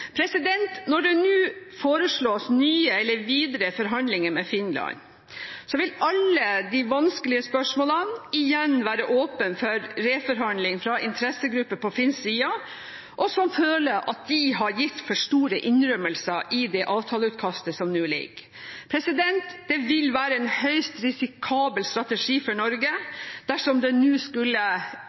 Når det nå foreslås nye eller videre forhandlinger med Finland, vil alle de vanskelige spørsmålene igjen være åpne for reforhandling fra interessegrupper på finsk side, og som føler at de har gitt for store innrømmelser i det avtaleutkastet som foreligger. Det vil være en høyst risikabel strategi for Norge dersom en nå skulle